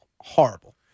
horrible